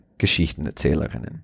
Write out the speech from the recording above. Geschichtenerzählerinnen